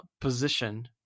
position